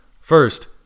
First